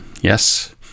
Yes